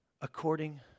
according